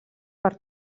per